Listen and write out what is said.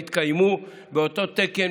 הן יתקיימו באותו תקן,